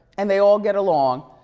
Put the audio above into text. and they all get along.